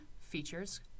features